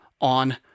on